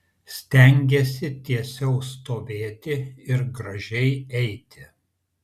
stengiesi tiesiau stovėti ir gražiai eiti